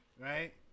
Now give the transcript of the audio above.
Right